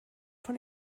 von